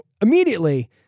immediately